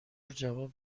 جواب